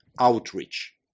outreach